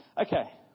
Okay